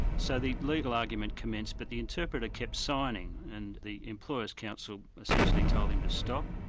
so the legal argument commenced, but the interpreter kept signing, and the employer's counsel essentially told him to stop,